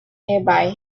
nearby